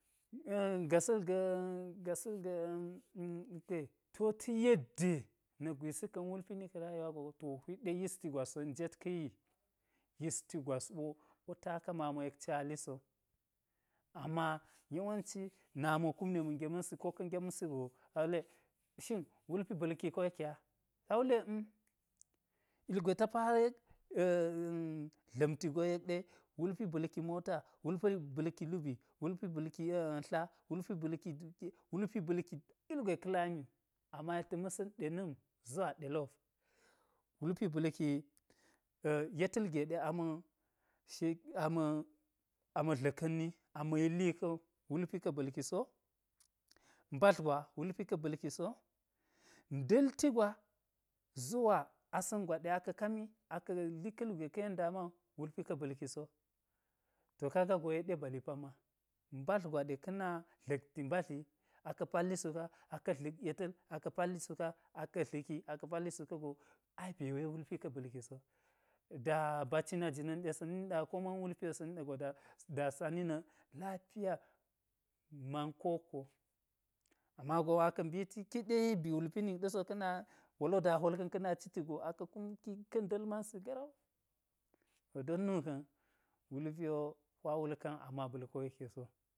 gasa̱l ga̱ a̱m-a̱m gasa̱l ga̱ ti wo ta̱ yedde nakgwisi ka̱n wulpi ni ka̱ rayuwa gwa to hwit ɗe yisti gwas wo njet ka̱ yi, yisti gwas wo ɓo taka mamo yek caliso, ama yawanci, nami wo kumɗe ma̱ gema̱nsi ko ka̱ gemsi go shin awule shin wulpi ba̱lki koyekke a ta wule i, uge ta farek dla̱mti go yek ɗe wulpi ba̱lki mota, wulpi ba̱lki hibii wulpi dukiya wulpi ba̱lki duk ugweka̱ lami wu ama yek ta̱ ma̱sa̱n ɗena̱m zuwa ɗelop wulpi ba̱lki yeta̱l ge ɗe a ma̱ sh ama̱ dla̱ka̱nni ama̱ yilli kawu, wulpi ka̱ ba̱lki so, mbadl gwa wulpi ka ba̱lki so, nda̱lti gwa zuwa asa̱n gwaɗe aka̱ kami aka̱ li ka higwe ka̱ yen dama wu wulpi ka̱ ba̱lki so, ta kaga go yek ɗe bali pamma mbadl gwaɗe ka̱ na dla̱kti mbadli aka̱ palli su ka aka̱ dla̱k yeta̱l aka̱ dla̱k yeta̱l aka̱ palli suka, aka̱ dla̱ki aka̱ palli su ka̱go, ai be we wulpi ka̱ ba̱lkiso, da bacina jina̱nɗesa̱ niɗa ko ma̱n wulpi ɗe sani ɗa̱go da sani na̱ lafiya, man kowokko, ama gon wo aka̱ mbiti kiɗe ba̱ wulpi nik ɗa̱so ka̱ na wolo daa hwolka̱n ka̱ na citi go aka̱ kum ki ka̱ nda̱l mansi garau do don nu ka̱n wulpi wo hwa wul ka̱n ama ba̱l koyekkeso.